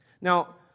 Now